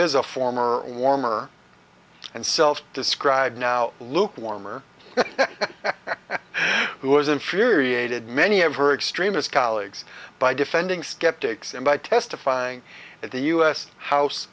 is a former warmer and self described now luke warmer who was infuriated many of her extremist colleagues by defending skeptics and by testifying at the u s house